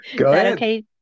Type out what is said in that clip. Okay